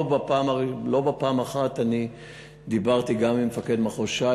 לא פעם אחת אני דיברתי עם מפקד מחוז ש"י,